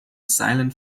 silent